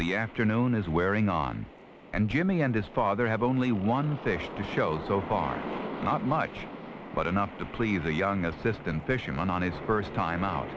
the afternoon is wearing on and jimmy and his father have only one fish to show so far not much but enough to please a young assistant fisherman on his first time out